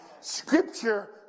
Scripture